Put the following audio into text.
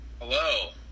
Hello